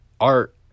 art